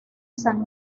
san